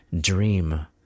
dream